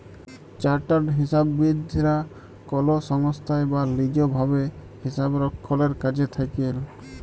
chartered হিসাববিদ রা কল সংস্থায় বা লিজ ভাবে হিসাবরক্ষলের কাজে থাক্যেল